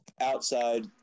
Outside